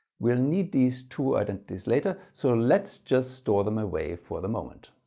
we'll need these two identities later so let's just store them away for the moment.